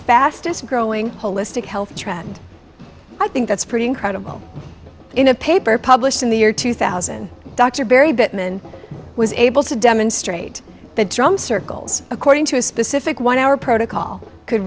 fastest growing holistic health track and i think that's pretty incredible in a paper published in the year two thousand dr barry bittman was able to demonstrate that drum circles according to a specific one hour protocol could